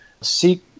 seek